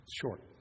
short